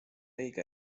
õige